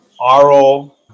ro